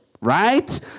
right